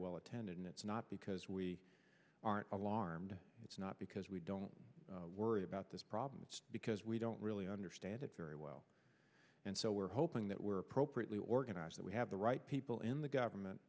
well attended and it's not because we aren't alarmed it's not because we don't worry about this problem because we don't really understand it very well and so we're hoping that we're appropriately organized that we have the right people in the government